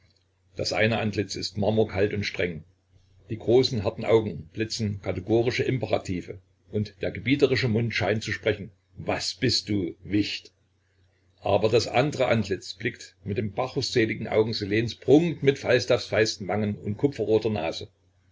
das eine antlitz ist marmorkalt und streng die großen harten augen blitzen kategorische imperative und der gebieterische mund scheint zu sprechen was bist du wicht aber das andere antlitz blickt mit den bacchusseligen augen silens prunkt mit falstaffs feisten wangen und kupferroter nase